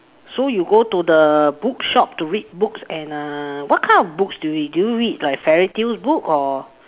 so you go to the bookshop to read books and err what kind of books do you read do you read like fairy tales books or